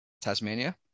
Tasmania